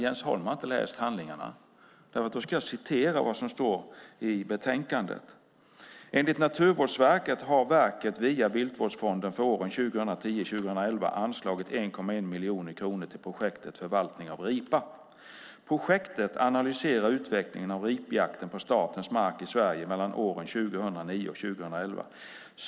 Jens Holm har inte läst handlingarna. I betänkandet står: "Enligt Naturvårdsverket har verket via Viltvårdsfonden för åren 2010-2011 anslagit 1,1 miljon kronor till projektet Förvaltning av ripa. Projektet analyserar utvecklingen av ripjakten på statens mark i Sverige mellan åren 2009 och 2011.